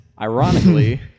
ironically